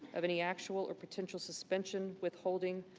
of any actual or potential suspension, withholding,